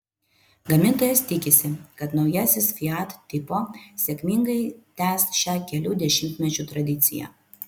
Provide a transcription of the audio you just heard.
gamintojas tikisi kad naujasis fiat tipo sėkmingai tęs šią kelių dešimtmečių tradiciją